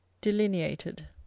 delineated